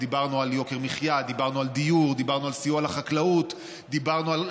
דיברנו על יוקר המחיה, דיברנו על הדיור, דיברנו על